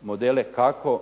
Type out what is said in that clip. modele kako